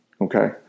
Okay